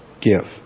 give